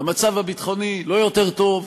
המצב הביטחוני לא יותר טוב,